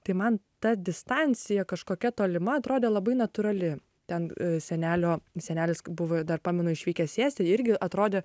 tai man ta distancija kažkokia tolima atrodė labai natūrali ten senelio senelis buvo dar pamenu išvykęs į estiją irgi atrodė